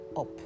up